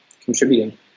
contributing